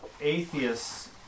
atheists